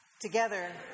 Together